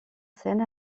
scène